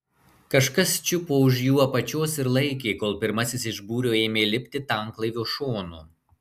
kažkas čiupo už jų apačios ir laikė kol pirmasis iš būrio ėmė lipti tanklaivio šonu